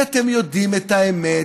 כי אתם יודעים את האמת,